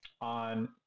on